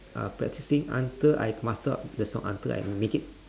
uh practicing until I master up the song until I make it